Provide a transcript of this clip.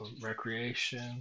recreation